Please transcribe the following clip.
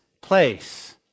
place